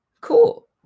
cool